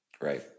right